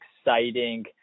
exciting